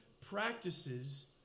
practices